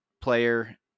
player